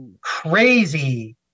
crazy